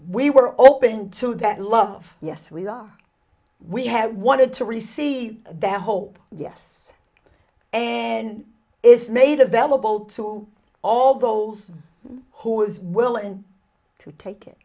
we were open to that love yes we are we have wanted to receive that hope yes and is made available to all those who is willing to take it